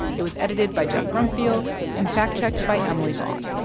it was edited by geoff brumfiel and fact-checked by emily vaughn.